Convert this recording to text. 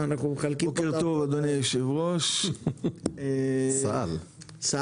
אנחנו מחלקים --- אני רס"ן פשוט.